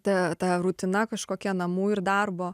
ta ta rutina kažkokia namų ir darbo